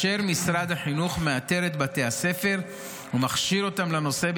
ומשרד החינוך מאתר את בתי הספר ומכשיר אותם לנושא,